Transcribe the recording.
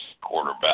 quarterback